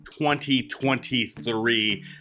2023